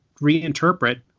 reinterpret